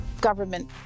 government